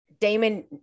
Damon